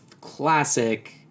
classic